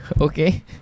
okay